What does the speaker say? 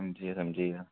अंजी हां जी